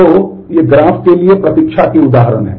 तो ये ग्राफ़ के लिए प्रतीक्षा के उदाहरण हैं